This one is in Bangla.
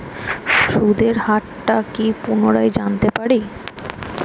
সুদের হার টা কি পুনরায় জানতে পারি?